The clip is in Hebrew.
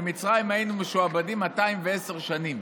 במצרים היינו משועבדים 210 שנים,